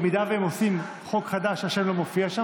במידה שהן עושות חוק חדש שהשם לא מופיע בו,